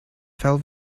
fell